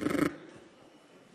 יש לך ספק לגבי ששת הימים?